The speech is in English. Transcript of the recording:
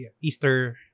Easter